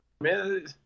man